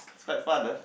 it's quite fun ah